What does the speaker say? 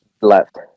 left